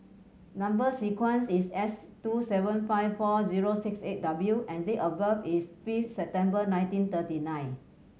number sequence is S two seven five four zero six eight W and date of birth is fifth September nineteen thirty nine